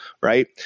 Right